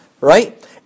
right